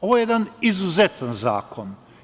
Ovo je jedan izuzetan zakon.